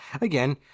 again